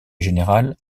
générale